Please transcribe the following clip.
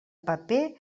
paper